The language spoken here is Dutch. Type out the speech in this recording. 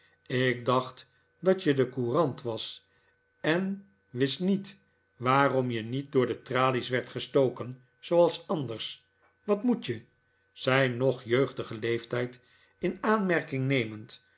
ik dacht dat je de courant was en wist niet waarom je niet dbor de tralies werd gestoken zooals anders wat moet je zijn nog jeugdigen leeftijd in aanmerking nemend